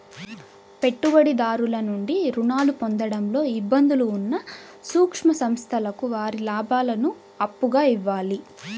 పెట్టుబడిదారుల నుండి రుణాలు పొందడంలో ఇబ్బందులు ఉన్న సూక్ష్మ సంస్థలకు వారి లాభాలను అప్పుగా ఇవ్వాలి